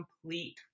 complete